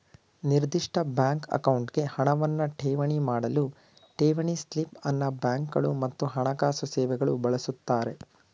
ನಿರ್ದಿಷ್ಟ ಬ್ಯಾಂಕ್ ಅಕೌಂಟ್ಗೆ ಹಣವನ್ನ ಠೇವಣಿ ಮಾಡಲು ಠೇವಣಿ ಸ್ಲಿಪ್ ಅನ್ನ ಬ್ಯಾಂಕ್ಗಳು ಮತ್ತು ಹಣಕಾಸು ಸೇವೆಗಳು ಬಳಸುತ್ತಾರೆ